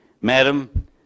madam